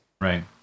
Right